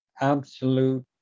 absolute